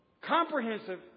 comprehensive